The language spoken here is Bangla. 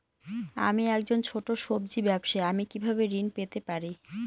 আমি একজন ছোট সব্জি ব্যবসায়ী আমি কিভাবে ঋণ পেতে পারি?